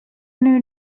new